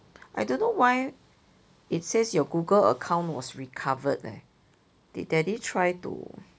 I don't know why it says your Google account was recovered eh did daddy try to